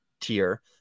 tier